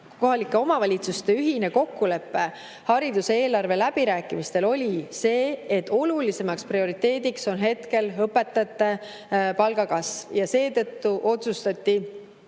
kohalike omavalitsuste ühine kokkulepe hariduse eelarve läbirääkimistel oli see, et prioriteet on hetkel õpetajate palga kasv. Seetõttu otsustati,